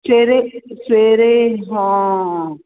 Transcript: ਸਵੇਰੇ ਸਵੇਰੇ ਹਾਂ